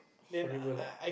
horrible lah